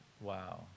Wow